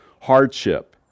hardship